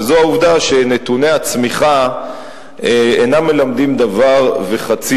וזו העובדה שנתוני הצמיחה אינם מלמדים דבר וחצי